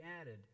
added